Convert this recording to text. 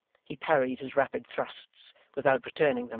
he parried his rapid thrusts, without returning them,